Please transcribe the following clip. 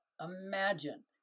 imagine